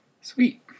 Sweet